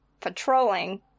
patrolling